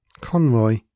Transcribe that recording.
Conroy